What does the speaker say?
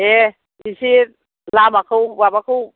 दे इसे लामाखौ माबाखौ